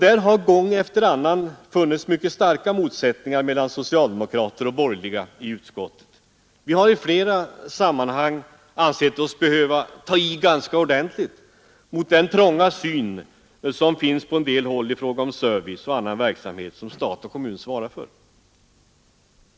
Där har gång efter annan funnits mycket starka motsättningar mellan socialdemokrater och borgerliga i utskottet. Vi har i flera sammanhang ansett oss behöva ta i ganska ordentligt mot den trånga syn som finns på en del håll i fråga om service och annan verksamhet som stat och kommun svarar för.